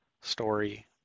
story